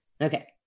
Okay